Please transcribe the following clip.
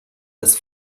das